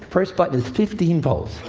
first button is fifteen volts.